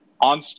on